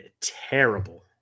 terrible